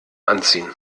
anziehen